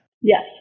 Yes